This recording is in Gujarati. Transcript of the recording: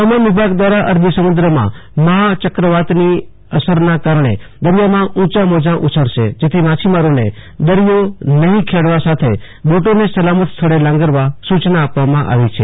હવામાન વિભાગ દ્વારા અરબી સમુદ્રમાં મહા ચક્રાવાતની અસરના કારણે દરિયામાં ઉંચા મોજા ઉછળશે જેથી માછીમારોને દરિયો નહીં ખેડવા સાથે બોટોને સલામત સ્થળે લાંગારવા સૂચના આપવામાં આવી છે